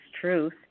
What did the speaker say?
truth